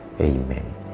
Amen